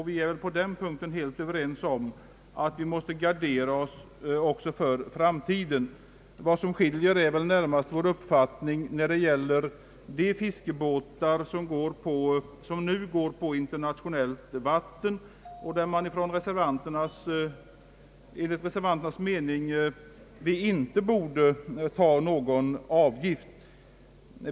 Vi är helt överens om att vi måste gardera oss också för framtiden. Vad som skiljer är väl närmast våra uppfattningar i fråga om de fiskebåtar som nu går på internationellt vatten. Enligt reservanternas mening borde man inte ta någon avgift för dem.